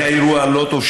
היה אירוע לא טוב,